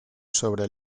sobre